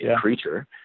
Creature